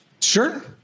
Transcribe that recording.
Sure